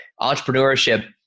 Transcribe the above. entrepreneurship